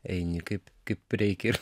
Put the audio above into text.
eini kaip kaip reikia ir